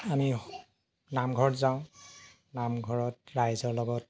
আমি নামঘৰত যাওঁ নামঘৰত ৰাইজৰ লগত